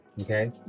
Okay